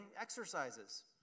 exercises